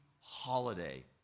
holiday